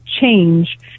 change